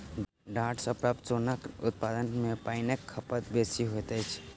डांट सॅ प्राप्त सोनक उत्पादन मे पाइनक खपत बेसी होइत अछि